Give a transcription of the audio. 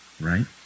right